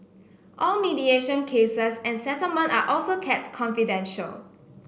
all mediation cases and settlement are also kept confidential